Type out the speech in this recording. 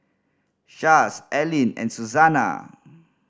Chaz Allyn and Susanna